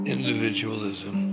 Individualism